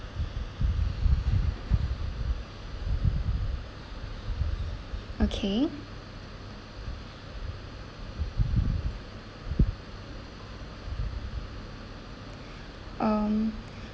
okay um